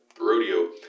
rodeo